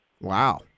wow